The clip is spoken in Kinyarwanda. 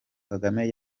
kagame